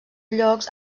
llocs